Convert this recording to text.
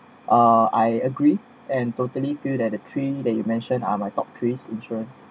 uh I agree and totally feel that the train that you mentioned are my top three insurance